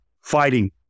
fighting